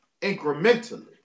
incrementally